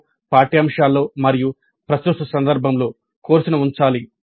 మేము పాఠ్యాంశాల్లో మరియు ప్రస్తుత సందర్భంలో కోర్సును ఉంచాలి